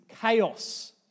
chaos